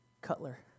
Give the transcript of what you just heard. Cutler